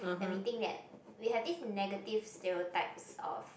and we think that we have this negative stereotypes of